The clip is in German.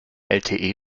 lte